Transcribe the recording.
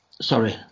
Sorry